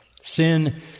sin